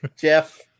Jeff